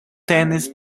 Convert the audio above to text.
tenis